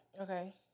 Okay